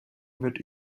wird